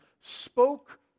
spoke